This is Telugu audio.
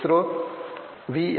ఇస్రో వి